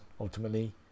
ultimately